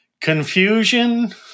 Confusion